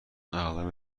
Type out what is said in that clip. اغلب